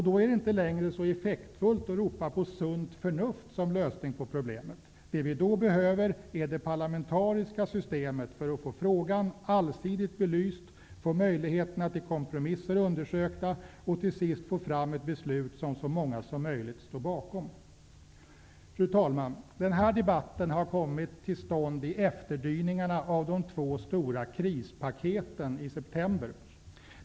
Då är det inte längre så effektfullt att ropa på sunt förnuft som lösning på problemet. Då behöver vi det parlamentariska systemet för att få frågan allsidigt belyst, få möjligheten till kompromisser undersökta och till sist få fram ett beslut som så många som möjligt står bakom. Fru talman! Den här debatten har kommit till stånd i efterdyningarna av de två stora krispaketen i september.